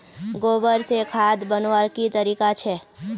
गोबर से खाद बनवार की तरीका छे?